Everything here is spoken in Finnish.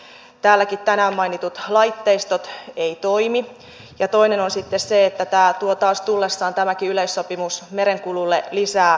se että nämä tänään täälläkin mainitut laitteistot eivät toimi ja toisena sitten se että tämäkin yleissopimus tuo taas tullessaan merenkululle lisää kustannuksia